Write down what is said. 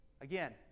Again